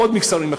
עוד מגזרים,